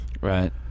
Right